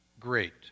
great